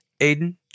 Aiden